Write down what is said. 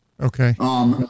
Okay